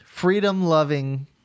freedom-loving